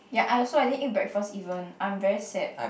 yeah I also I didn't eat breakfast even I'm very sad